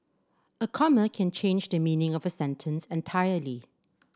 a comma can change the meaning of a sentence entirely